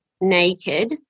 naked